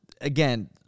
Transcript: Again